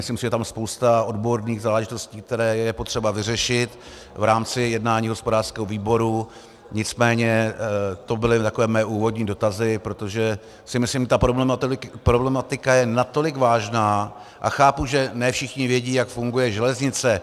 Myslím si, že je tam spousta odborných záležitostí, které je potřeba vyřešit v rámci jednání hospodářského výboru, nicméně to byly takové mé úvodní dotazy, protože si myslím, ta problematika je natolik vážná a chápu, že ne všichni vědí, jak funguje železnice.